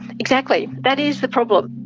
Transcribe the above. exactly. that is the problem.